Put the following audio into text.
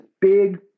big